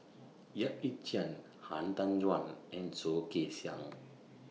Yap Ee Chian Han Tan Juan and Soh Kay Siang